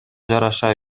жараша